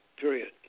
period